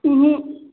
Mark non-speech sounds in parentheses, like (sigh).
(unintelligible)